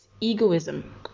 egoism